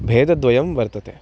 भेदद्वयं वर्तते